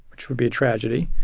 which would be a tragedy.